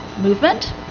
movement